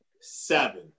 seven